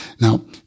Now